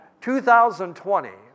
2020